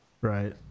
Right